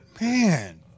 Man